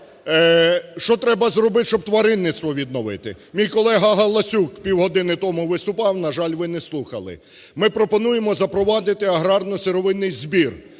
що треба зробити, щоб тваринництво відновити. Мій колега Галасюк півгодини тому виступав, на жаль, ви не слухали. Ми пропонуємо запровадити аграрно-сировинний збір